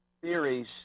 theories